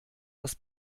das